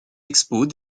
expos